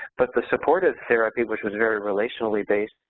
but the supportive therapy, which was very relationally based,